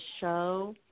show